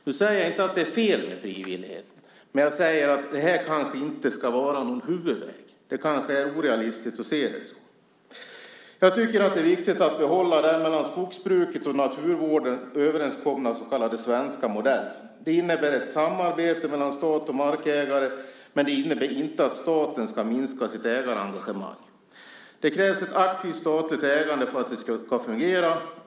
Jag säger inte att det är fel med frivillighet, men jag säger att det här kanske inte ska vara någon huvudväg. Det är kanske orealistiskt att se det så. Jag tycker att det är viktigt att behålla den mellan skogsbruket och naturvården överenskomna så kallade svenska modellen. Det innebär ett samarbete mellan stat och markägare, men det innebär inte att staten ska minska sitt ägarengagemang. Det krävs ett aktivt statligt ägande för att det ska fungera.